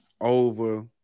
over